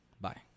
bye